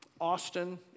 Austin